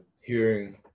hearing